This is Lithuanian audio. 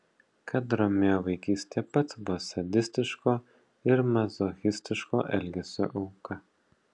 kad romeo vaikystėje pats buvo sadistiško ir mazochistiško elgesio auka